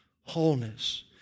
wholeness